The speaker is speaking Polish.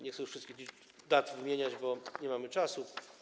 Nie chcę już wszystkich dat wymieniać, bo nie mamy czasu.